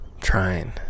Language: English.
trying